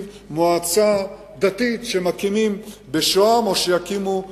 מועצה דתית שמקימים בשוהם או שיקימו באלעד,